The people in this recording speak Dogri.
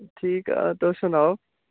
ठीक ऐ तुस सनाओ